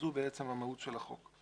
זו בעצם המהות של החוק.